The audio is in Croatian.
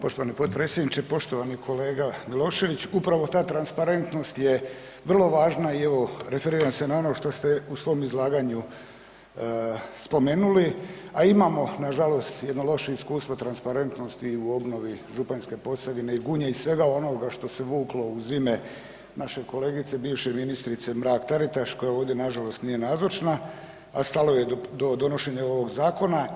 Poštovani potpredsjedniče, poštovani kolega Milošević, upravo ta transparentnost je vrlo važna i evo referiram se na ono što ste u svom izlaganju spomenuli, a imamo nažalost jedno loše iskustvo transparentnosti u obnovi Županjske Posavine i Gunje i svega onoga što se vuklo uz ime naše kolegice, bivše ministrice Mrak Taritaš koja ovdje nažalost nije nazočna, a stalo joj je do donošenja ovoga zakona.